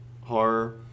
horror